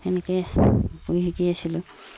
সেনেকৈ কৰি শিকি আছিলোঁ